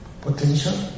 potential